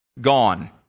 Gone